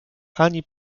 ani